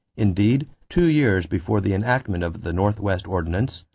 indeed, two years before the enactment of the northwest ordinance,